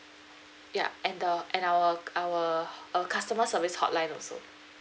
ya and the and our our uh customer service hotline also